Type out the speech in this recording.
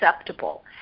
acceptable